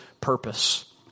purpose